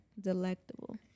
Delectable